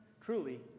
truly